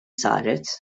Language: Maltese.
saret